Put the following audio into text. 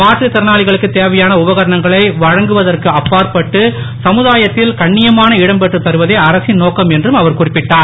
மாற்றுத் திறனாளிகளுக்கு தேவையான வழங்குவதற்கு அப்பாற்பட்டு சமூதாயத்தில் கண்ணியமான இடம் பெற்றுத் தருவதே அரசின் நோக்கம் என்றும் அவர் குறிப்பிட்டார்